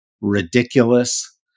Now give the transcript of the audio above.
ridiculous